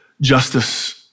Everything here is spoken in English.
justice